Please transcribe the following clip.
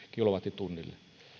megawattitunnille